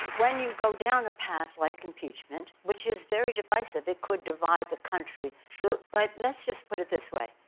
when you go down a path like impeachment, which is very divisive. it could divide the country. jimmy sure. but let's just put it this way.